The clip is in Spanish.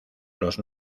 los